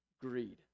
greed